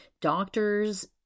doctors